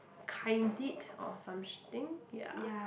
kind deed or something ya